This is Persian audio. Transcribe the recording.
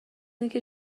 اینکه